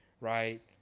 right